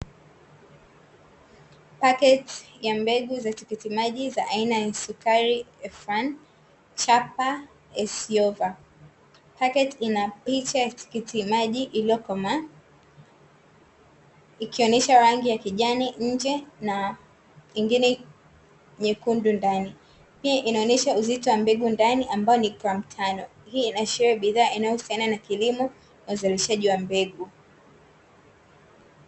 Paketi ya mbegu za tikitimaji za aina ya sukari fandi chapa 'exover' paketi ina picha ya tikitimaji iliyokomaa ikionyesha rangi ya kijani nje na ingine nyekundu ndani hii inaonyesha uzito wa mbegu ndani ambayo ni glam tano hii inashilia bidhaa inayohusiana na kilimo na uzalishaji wa mbegu.